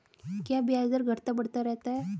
क्या ब्याज दर घटता बढ़ता रहता है?